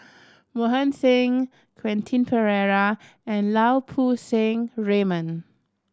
Mohan Singh Quentin Pereira and Lau Poo Seng Raymond